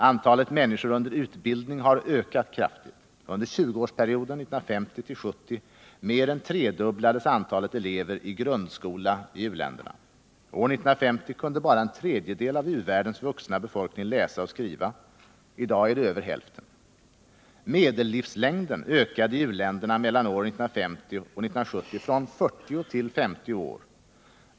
—- Antalet människor under utbildning har ökat kraftigt. Under tjugoårsperioden 1950-1970 mer än tredubblades antalet elever i grundskola i uländerna. — År 1950 kunde bara en tredjedel av u-världens vuxna befolkning läsa och skriva. I dag är det över hälften. — Medellivslängden ökade i u-länderna mellan åren 1950 och 1970 från 40 till 50 år.